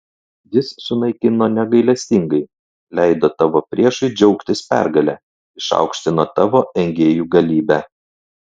jis sunaikino negailestingai leido tavo priešui džiaugtis pergale išaukštino tavo engėjų galybę